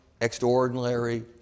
extraordinary